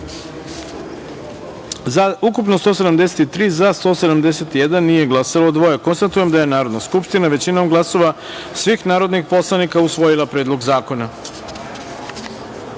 ukupno – 173, za – 171, nije glasalo – dvoje. Konstatujem da je Narodna skupština, većinom glasova svih narodnih poslanika, usvojila Predlog zakona. Pošto